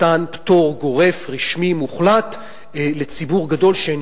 מתן פטור גורף רשמי מוחלט לציבור גדול שאין